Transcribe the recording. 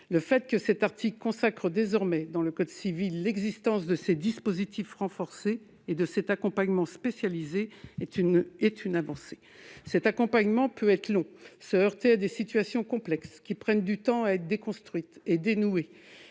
Le fait que cet article consacre désormais dans le code civil l'existence de ces dispositifs renforcés et de cet accompagnement spécialisé est une avancée. Cet accompagnement peut être long et se heurter à des situations complexes qui prennent du temps à être déconstruites et dénouées.